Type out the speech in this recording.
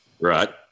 Right